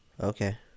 Okay